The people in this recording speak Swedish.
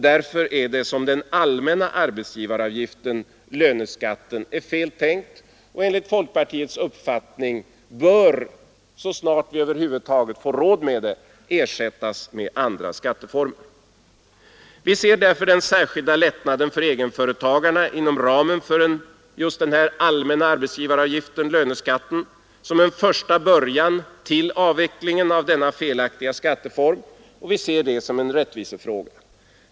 Därför är den allmänna arbetsgivaravgiften, löneskatten, feltänkt och bör enligt folkpartiets uppfattning — så snart som vi över huvud taget får råd med det — ersättas med andra skatteformer. Vi ser därför den särskilda lättnaden för egenföretagarna inom ramen för just den allmänna arbetsgivaravgiften som en första början till avvecklingen av denna felaktiga skatteform, och vi ser den som en viktig rättvisefråga.